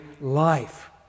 life